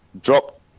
drop